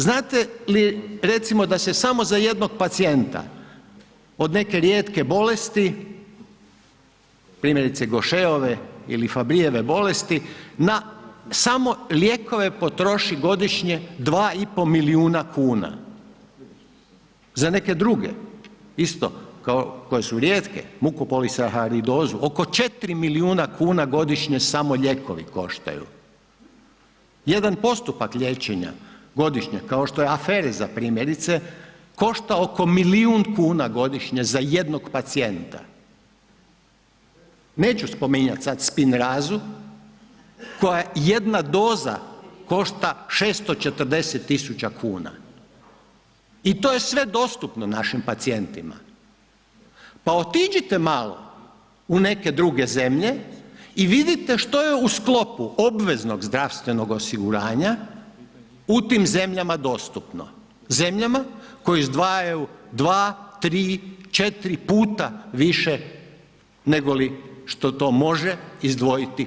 Znate li recimo da se samo za jednog pacijenta od neke rijetke bolesti, primjerice gošeove ili fabrijeve bolesti, na samo lijekove potroši godišnje 2,5 milijuna kuna, za neke druge isto koje su rijetke, mukopolisaharidozu, oko 4 milijuna kuna godišnje samo lijekovi koštaju, jedan postupak liječenja godišnje kao što je aferiza primjerice košta oko milijun kuna godišnje za jednog pacijenta, neću spominjat sad spinrazu koja jedna doza košta 640.000,00 kn i to je sve dostupno našim pacijentima, pa otiđite malo u neke druge zemlje i vidite što je u sklopu obveznog zdravstvenog osiguranja u tim zemljama dostupno, zemljama koje izdvajaju dva, tri, četiri puta više nego li što to može izdvojiti RH.